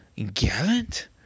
Gallant